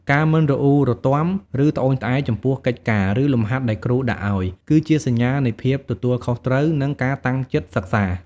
ការ មិនរអ៊ូរទាំ ឬត្អូញត្អែរ ចំពោះកិច្ចការ ឬលំហាត់ដែលគ្រូដាក់ឱ្យ គឺជាសញ្ញានៃភាពទទួលខុសត្រូវ និងការតាំងចិត្តសិក្សា។